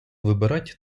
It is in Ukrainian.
вибирать